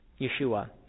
Yeshua